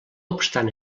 obstant